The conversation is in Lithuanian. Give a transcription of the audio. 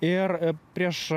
ir prieš